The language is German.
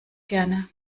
gerne